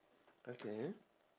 okay